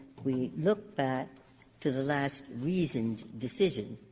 we look back to the last reasoned decision.